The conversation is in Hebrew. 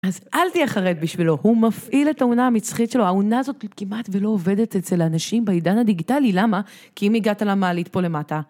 אז אל תהיה חרד בשבילו, הוא מפעיל את האונה המצחית שלו, האונה הזאת כמעט ולא עובדת אצל האנשים בעידן הדיגיטלי, למה? כי אם הגעת למעלית פה למטה.